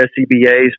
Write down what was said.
SCBAs